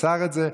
שיצר את זה.